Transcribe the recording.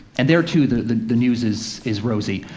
and there too the the news is is rosy.